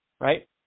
right